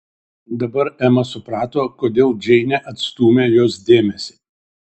dabar ema suprato kodėl džeinė atstūmė jos dėmesį